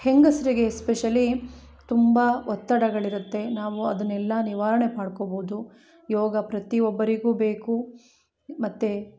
ಹೆಂಗಸರಿಗೆ ಎಸ್ಪೆಷಲಿ ತುಂಬ ಒತ್ತಡಗಳಿರುತ್ತೆ ನಾವು ಅದನ್ನೆಲ್ಲಾ ನಿವಾರಣೆ ಮಾಡ್ಕೋಬೋದು ಯೋಗ ಪ್ರತಿಒಬ್ಬರಿಗೂ ಬೇಕು ಮತ್ತು